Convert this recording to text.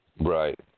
Right